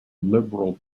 liberal